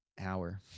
hour